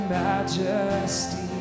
majesty